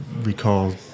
recall